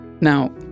Now